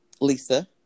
Lisa